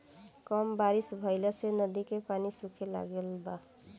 कम बारिश भईला से नदी के पानी सूखे लागल बा